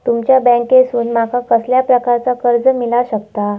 तुमच्या बँकेसून माका कसल्या प्रकारचा कर्ज मिला शकता?